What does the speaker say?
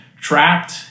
trapped